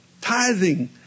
Tithing